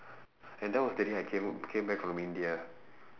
and that was the day I came came back from india